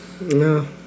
No